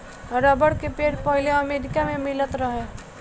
rubber के पेड़ पहिले अमेरिका मे मिलत रहे